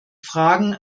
fragen